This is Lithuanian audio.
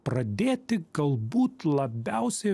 pradėti galbūt labiausiai